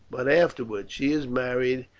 but afterwards. she is married,